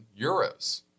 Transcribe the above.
euros